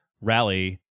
rally